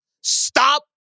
stop